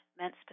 meant